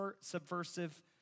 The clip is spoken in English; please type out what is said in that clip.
subversive